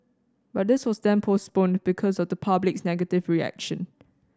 but this was then postponed because of the public's negative reaction